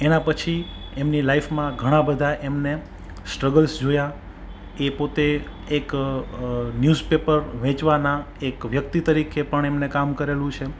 એના પછી એમની લાઈફમાં ઘણા બધા એમને સ્ટ્રગલ્સ જોયા એ પોતે એક ન્યૂઝ પેપર વેચવાના એક વ્યક્તિ તરીકે પણ એમને કામ કરેલું છે